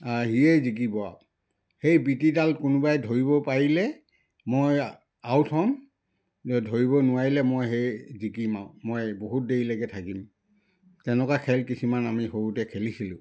সিয়ে জিকিব আৰু সেই বিটিডাল কোনোবাই ধৰিব পাৰিলে মই আউট হ'ম ধৰিব নোৱাৰিলে মই সেই জিকিম আৰু মই বহুত দেৰিলৈকে থাকিম তেনেকুৱা খেল কিছুমান আমি সৰুতে খেলিছিলোঁ